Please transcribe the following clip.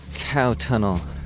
cow tunnel